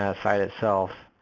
ah site itself.